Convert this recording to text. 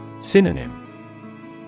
Synonym